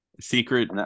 secret